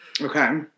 Okay